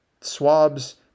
swabs